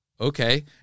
okay